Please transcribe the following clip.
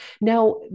Now